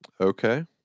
Okay